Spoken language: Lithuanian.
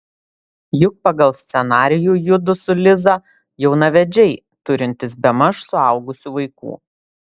juk pagal scenarijų judu su liza jaunavedžiai turintys bemaž suaugusių vaikų